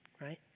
Right